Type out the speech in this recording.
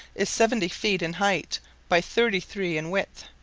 is seventy feet in height by thirty-three in width.